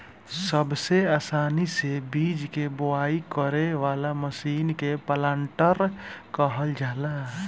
सबसे आसानी से बीज के बोआई करे वाला मशीन के प्लांटर कहल जाला